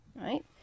right